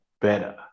better